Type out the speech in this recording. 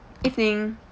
evening